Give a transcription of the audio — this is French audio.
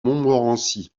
montmorency